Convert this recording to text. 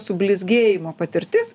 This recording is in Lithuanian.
sublizgėjimo patirtis